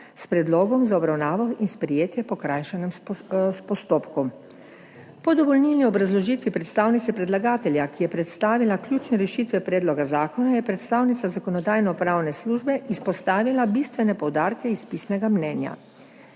s predlogom za obravnavo in sprejetje po skrajšanem postopku. Po dopolnilni obrazložitvi predstavnice predlagatelja, ki je predstavila ključne rešitve predloga zakona, je predstavnica Zakonodajno-pravne službe izpostavila bistvene poudarke iz pisnega mnenja.